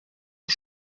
aux